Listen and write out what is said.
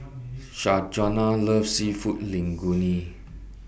loves Seafood Linguine